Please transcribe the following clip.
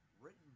Written